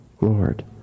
Lord